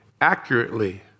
accurately